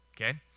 okay